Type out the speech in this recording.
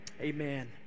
Amen